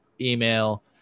email